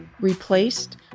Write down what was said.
replaced